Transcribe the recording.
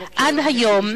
עד היום,